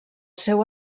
seu